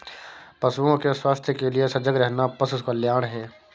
पशुओं के स्वास्थ्य के लिए सजग रहना पशु कल्याण है